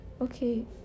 Okay